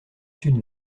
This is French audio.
sud